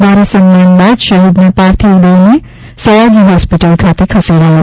ભારે સન્માન બાદ શહીદના પાર્થિવ દેહને સયાજી હોસ્પિટલ ખાતે ખસેડાયો